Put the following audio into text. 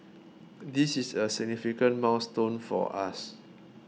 this is a significant milestone for us